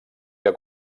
que